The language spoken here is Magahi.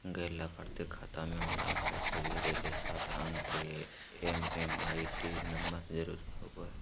गैर लाभार्थी खाता मे ऑनलाइन पैसा भेजे ले सात अंक के एम.एम.आई.डी नम्बर जरूरी होबय हय